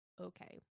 okay